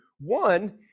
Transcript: One